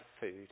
food